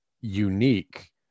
unique